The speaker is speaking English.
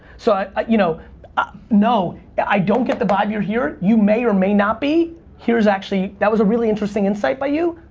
so ah you know ah no, yeah i don't get the vibe you're here. you may or may not be. here's actually, that was a really interesting insight by you,